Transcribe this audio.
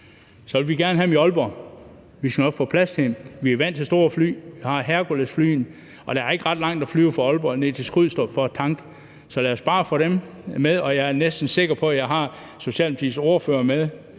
vil vi gerne have dem i Aalborg. Vi skal nok få plads til dem. Vi er vant til store fly. Vi har Herculesflyene, og der er ikke ret langt at flyve fra Aalborg og ned til Skrydstrup for at tanke. Så lad os bare få dem. Og jeg er næsten sikker på, at jeg har Socialdemokratiets ordfører med